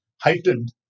heightened